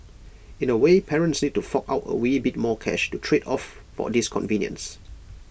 in A way parents need to fork out A wee bit more cash to trade off for this convenience